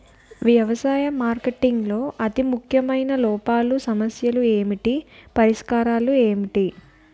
వ్యవసాయ మార్కెటింగ్ లో అతి ముఖ్యమైన లోపాలు సమస్యలు ఏమిటి పరిష్కారాలు ఏంటి?